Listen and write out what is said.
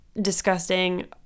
disgusting